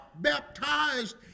baptized